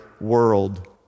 world